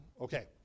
Okay